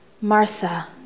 Martha